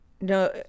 no